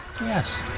Yes